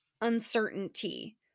uncertainty